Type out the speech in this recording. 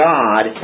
God